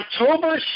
October